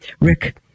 rick